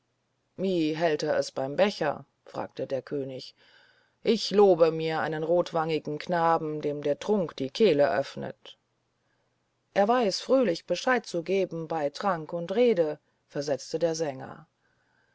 wie hält er sich beim becher fragte der könig ich lobe mir einen rotwangigen knaben dem der trunk die kehle öffnet er weiß fröhlich bescheid zu geben bei trank und rede versetzte der sänger